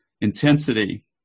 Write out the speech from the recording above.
intensity